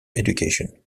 education